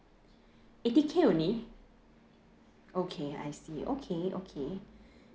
eighty K only okay I see okay okay